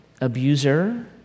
abuser